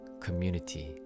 community